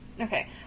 Okay